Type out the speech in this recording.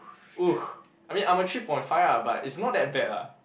!oo! I mean I'm a three point five ah but it's not that bad lah